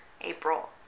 April